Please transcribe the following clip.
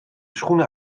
schoenen